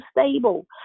stable